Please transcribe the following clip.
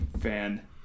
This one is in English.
fan